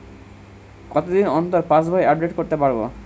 কতদিন অন্তর পাশবই আপডেট করতে পারব?